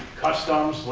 customs, like